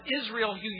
Israel